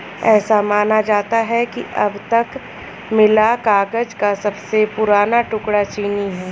ऐसा माना जाता है कि अब तक मिला कागज का सबसे पुराना टुकड़ा चीनी है